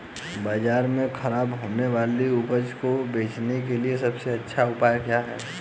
बाजार में खराब होने वाली उपज को बेचने के लिए सबसे अच्छा उपाय क्या है?